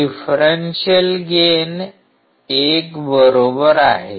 differential gain 1 बरोबर आहे